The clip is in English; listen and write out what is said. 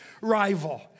rival